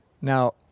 Now